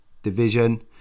division